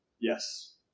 Yes